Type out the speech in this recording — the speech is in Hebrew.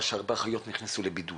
שהרבה אחיות נכנסו לבידוד,